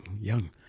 young